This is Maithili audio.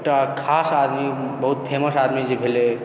एकटा खास आदमी बहुत फेमस आदमी जे भेलै